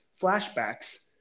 flashbacks